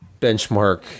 benchmark